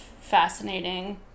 fascinating